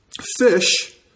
fish